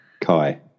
Kai